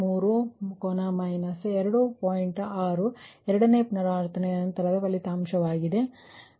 6 ಎರಡನೇ ಪುನರಾವರ್ತನೆಯ ನಂತರದ ಫಲಿತಾಂಶವಾಗಿದೆ ನಾನು ಅದನ್ನು ಎರಡನೇ ಪುನರಾವರ್ತನೆಯವರೆಗೆ ಮಾಡಿದ್ದೇನೆ